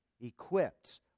equipped